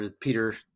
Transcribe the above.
Peter